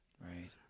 right